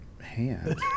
hand